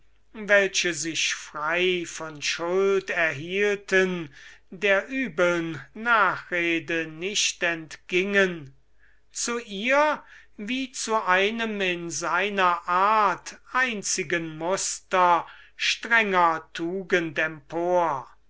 welche sich frei von schuld erhielten der übeln nachrede nicht entgingen zu ihr wie zu einem in seiner art einzigen muster strenger tugend empor